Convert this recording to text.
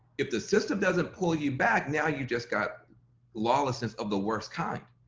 if the system doesn't pull you back, now you've just got lawlessness of the worst kind.